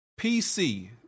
PC